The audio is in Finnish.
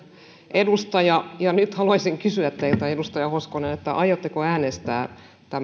edustaja ja nyt haluaisin kysyä teiltä edustaja hoskonen aiotteko äänestää